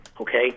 Okay